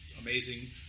amazing